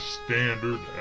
standard